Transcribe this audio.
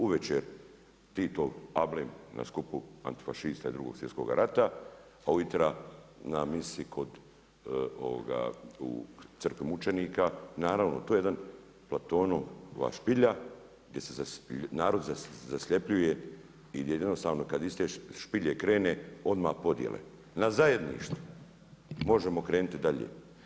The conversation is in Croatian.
U večer, Titov … na skupu antifašista i 2.svjetskog rata, a ujutro na misi kod u crkvi mučenika, naravno to je jedan Platonova špilja gdje se narod zasljepljuje i gdje jednostavno kada iz te špilje krene odmah podjele, na zajedništvo, možemo krenuti dalje.